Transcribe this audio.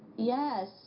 Yes